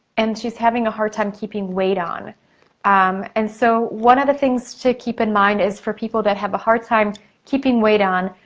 and she's having a hard time keeping weight on um and so one of the things to keep in mind is for people who have a hard time keeping weight on,